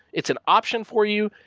it's an option for you,